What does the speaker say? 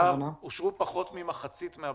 אושרו פחות ממחצית מהבקשות.